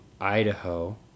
Idaho